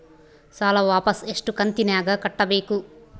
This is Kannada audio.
ಸಾಲ ವಾಪಸ್ ಎಷ್ಟು ಕಂತಿನ್ಯಾಗ ಕಟ್ಟಬೇಕು?